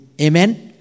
Amen